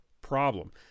problem